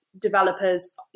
developers